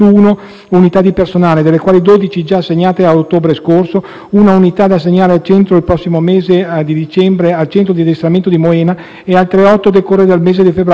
un'unità da assegnare entro il prossimo mese di dicembre al Centro di addestramento di Moena e altre 8 a decorrere dal mese di febbraio 2019. Intendo ribadire, anche in questa occasione, l'intenzione